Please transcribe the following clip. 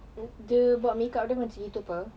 dia buat makeup dia macam itu ke